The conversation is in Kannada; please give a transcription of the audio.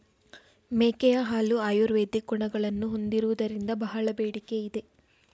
ಮೇಕೆಯ ಹಾಲು ಆಯುರ್ವೇದಿಕ್ ಗುಣಗಳನ್ನು ಹೊಂದಿರುವುದರಿಂದ ಬಹಳ ಬೇಡಿಕೆ ಇದೆ